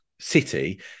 city